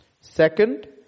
Second